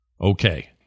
Okay